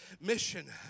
mission